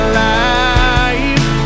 life